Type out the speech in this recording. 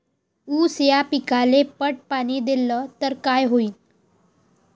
ऊस या पिकाले पट पाणी देल्ल तर काय होईन?